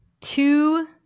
Two